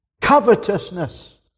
Covetousness